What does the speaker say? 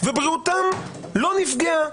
ובריאותן לא נפגעה.